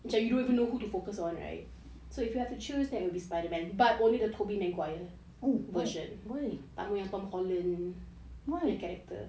macam you don't even know who to focus on right so if you have to choose then it will be spiderman but only the toby maguire version I don't really like tom holland the character